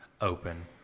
open